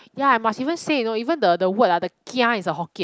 ya I must even say you know even the the word ah the kia is a hokkien